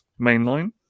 mainline